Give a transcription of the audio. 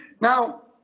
Now